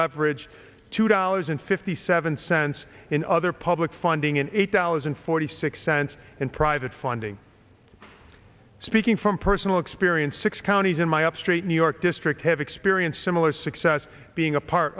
leverage two dollars and fifty seven cents in other public funding in eight dollars and forty six cents in private funding speaking from personal experience six counties in my up street new york district have experienced similar success being a part